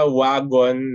wagon